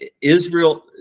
Israel